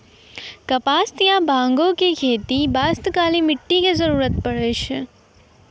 कपास या बांगो के खेती बास्तॅ काली मिट्टी के जरूरत पड़ै छै